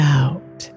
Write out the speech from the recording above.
out